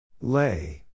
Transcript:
Lay